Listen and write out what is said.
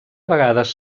vegades